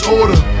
order